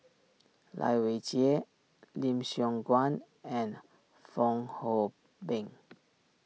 Lai Weijie Lim Siong Guan and Fong Hoe Beng